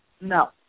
No